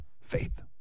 Faith